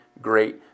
great